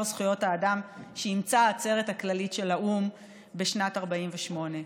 זכויות האדם שאימצה העצרת הכללית של האו"ם בשנת 1948,